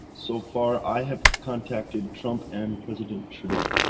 so far i have contacted trump and president trudeau,